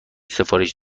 سفارش